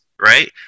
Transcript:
right